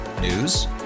News